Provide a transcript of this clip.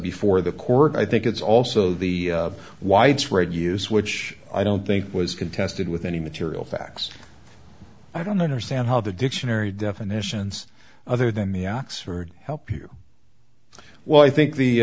before the court i think it's also the widespread use which i don't think was contested with any material facts i don't understand how the dictionary definitions other than the oxford help you well i think the